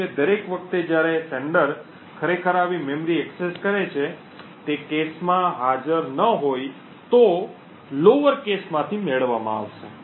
દરેક વખતે જ્યારે પ્રેષક ખરેખર આવી મેમરી એક્સેસ કરે છે તે કૅશ માં હાજર ન હોય તો ડેટા નીચલા કૅશ માંથી મેળવવામાં આવશે